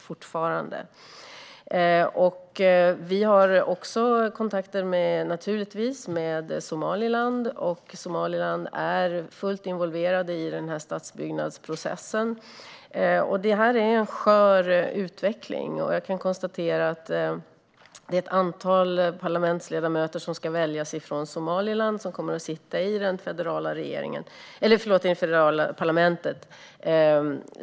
Vi har givetvis också kontakter med Somaliland, och Somaliland är fullt involverat i statsbyggnadsprocessen. Det är en skör utveckling. Ett antal ledamöter ska väljas från Somaliland och sitta i det federala parlamentet.